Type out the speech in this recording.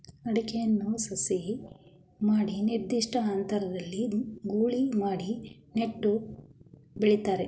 ಅಡಿಕೆಯನ್ನು ಸಸಿ ಮಾಡಿ ನಿರ್ದಿಷ್ಟ ಅಂತರದಲ್ಲಿ ಗೂಳಿ ಮಾಡಿ ನೆಟ್ಟು ಬೆಳಿತಾರೆ